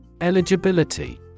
Eligibility